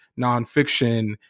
nonfiction